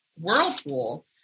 whirlpool